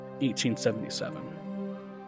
1877